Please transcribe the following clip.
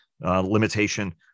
limitation